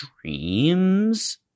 dreams